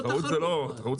זה לא תחרות.